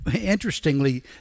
interestingly